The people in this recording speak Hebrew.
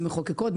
כמחוקקות,